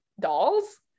dolls